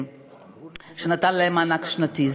שנתן להם מענק שנתי.